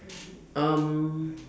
um